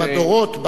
בדורות,